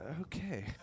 Okay